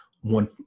one